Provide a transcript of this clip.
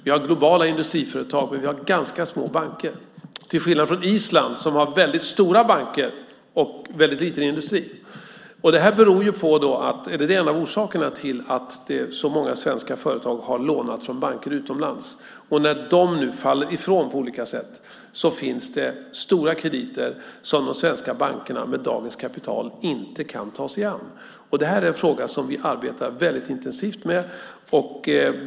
Vi har globala industriföretag, men vi har ganska små banker, till skillnad från Island som har väldigt stora banker och väldigt liten industri. Det är en av orsakerna till att så många svenska företag har lånat från banker utomlands. När de nu faller ifrån på olika sätt finns det stora krediter som de svenska bankerna med dagens kapital inte kan ta sig an. Det är en fråga som vi arbetar väldigt intensivt med.